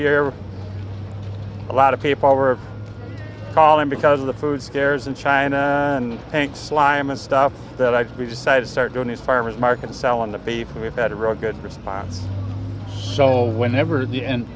with a lot of people were calling because of the food scares in china and slime and stuff that i've decided start doing the farmer's market selling the beef and we've had a real good response so whenever the end